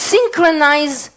Synchronize